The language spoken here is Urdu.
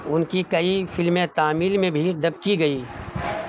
ان کی کئی فلمیں تامل میں بھی دب کی گئی